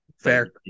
Fair